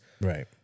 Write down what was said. right